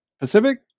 Pacific